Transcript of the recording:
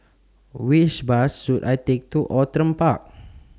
Which Bus should I Take to Outram Park